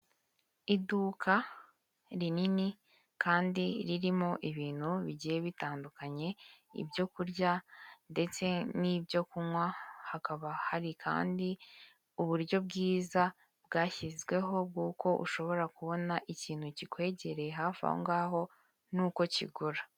Iduka rinini kandi ririmo ibintu bigiye bitandukanye ibyo kurya ndetse n'ibyo kunywa hakaba hari kandi uburyo bwiza bwashyizweho bw'uko ushobora kubona ikintu kikwegereye hafi aho ngaho n'uko kigura.